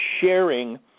sharing